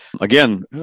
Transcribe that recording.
Again